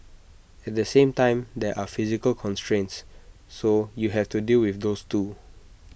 at the same time there are physical constraints so you have to deal with those too